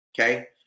Okay